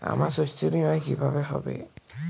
আমার শস্য বীমা কিভাবে হবে?